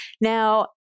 Now